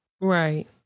right